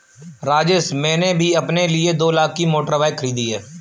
राजेश मैंने भी अपने लिए दो लाख की मोटर बाइक खरीदी है